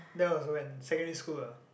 that was when secondary school ah